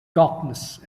darkness